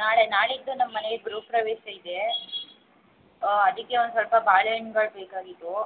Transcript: ನಾಳೆ ನಾಡಿದ್ದು ನಮ್ಮ ಮನೇಲ್ಲಿ ಗೃಹಪ್ರವೇಶ ಇದೆ ಅದಕ್ಕೆ ಒಂದು ಸ್ವಲ್ಪ ಬಾಳೆಹಣ್ಗಳ್ ಬೇಕಾಗಿದ್ದವು